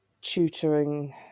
tutoring